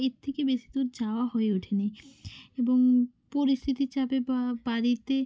এর থেকে বেশি দূর যাওয়া হয়ে ওঠেনি এবং পরিস্থিতির চাপে বা বাড়িতে